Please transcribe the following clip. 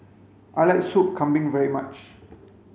I like sup kambing very much